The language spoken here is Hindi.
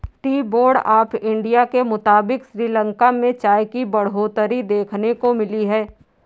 टी बोर्ड ऑफ़ इंडिया के मुताबिक़ श्रीलंका में चाय की बढ़ोतरी देखने को मिली है